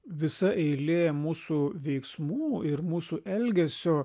visa eilė mūsų veiksmų ir mūsų elgesio